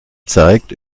zeigt